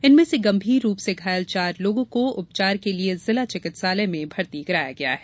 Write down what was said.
इनमें से गंभीर रूप से घायल चार लोगों को उपचार के लिए जिला चिकित्सालय में भर्ती कराया गया है